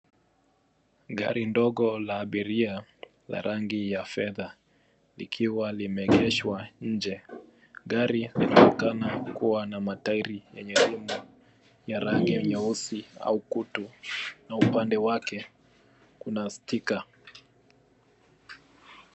Gari ndoogo la abiria la rangi ya fedha likiwa lime egeshwa nje, gari linaonekana likiwa na matairi ya rangi nyeusi au kutu na upande wake una stika.